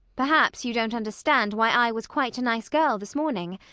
perhaps you don't understand why i was quite a nice girl this morning,